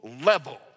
level